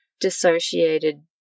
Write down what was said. dissociated